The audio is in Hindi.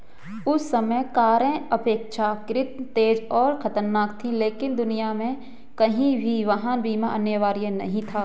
उस समय कारें अपेक्षाकृत तेज और खतरनाक थीं, लेकिन दुनिया में कहीं भी वाहन बीमा अनिवार्य नहीं था